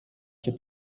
cię